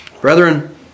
Brethren